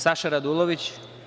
Saša Radulović?